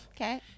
okay